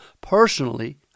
personally